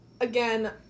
again